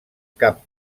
cap